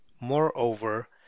moreover